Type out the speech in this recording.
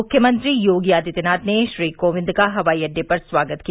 मुख्यमंत्री योगी आदित्यनाथ ने श्री कोविंद का हवाई अड्डे पर स्वागत किया